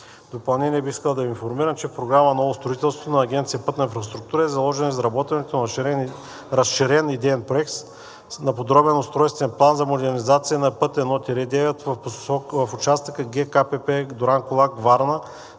В допълнение, бих искал да Ви информирам, в програма „Ново строителство“ на Агенция „Пътна инфраструктура“ е заложено изработването на разширен идеен проект на подробен устройствен план за модернизация на път I-9 в участъка ГКПП „Дуранкулак“ – Варна